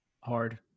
hard